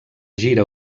gira